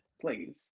Please